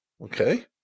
Okay